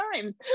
times